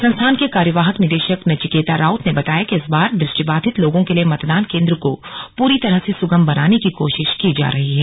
संस्थान के कार्यवाहक निदेशक नचिकेता राऊत ने बताया कि इस बार दृष्टिबाधित लोगों के लिए मतदान केंद्र को पूरी तरह से सुगम बनाने की कोशिश की जा रही है